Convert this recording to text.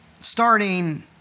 starting